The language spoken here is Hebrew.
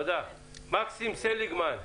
מקסים סליגמן,